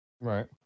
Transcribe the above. right